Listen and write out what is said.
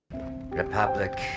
Republic